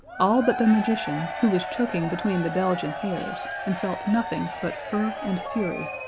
all but the magician, who was choking between the belgian hares, and felt nothing but fur and fury.